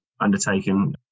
undertaken